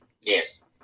Yes